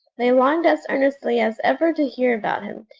they longed as earnestly as ever to hear about him,